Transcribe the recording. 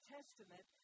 Testament